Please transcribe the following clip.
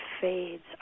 fades